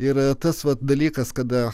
yra tas dalykas kada